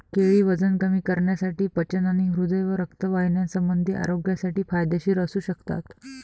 केळी वजन कमी करण्यासाठी, पचन आणि हृदय व रक्तवाहिन्यासंबंधी आरोग्यासाठी फायदेशीर असू शकतात